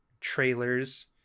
trailers